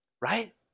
right